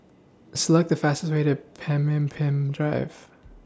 Select The fastest Way to Pemimpin Drive